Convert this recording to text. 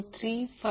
353j2